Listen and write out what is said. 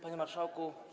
Panie Marszałku!